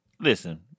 Listen